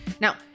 now